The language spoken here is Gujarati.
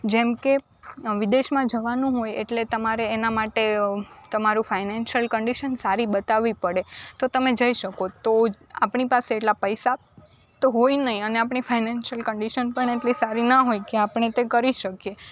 જેમ કે વિદેશમાં જવાનું હોય એટલે તમારે એના માટે તમારું ફાઇનાન્સયલ કંડિશન સારી બતાવવી પડે તો તમે જઈ શકો તો આપણી પાસે એટલા પૈસા તો હોય નહીં ને આપણી ફાઇનાન્સયલ કંડિશન પણ એટલી સારી ન હોય કે આપણે તે કરી શકીએ